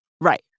Right